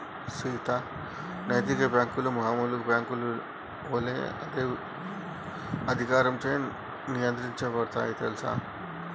సీత నైతిక బాంకులు మామూలు బాంకుల ఒలే అదే అధికారంచే నియంత్రించబడుతాయి తెల్సా